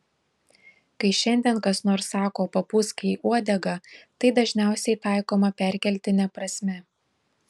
kai šiandien kas nors sako papūsk į uodegą tai dažniausiai taikoma perkeltine prasme